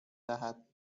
دهد